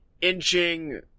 inching